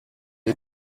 ich